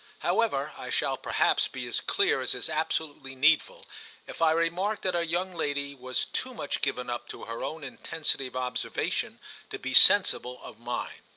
however, i shall perhaps be as clear as is absolutely needful if i remark that our young lady was too much given up to her own intensity of observation to be sensible of mine.